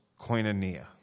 koinonia